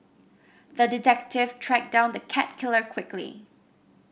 the detective tracked down the cat killer quickly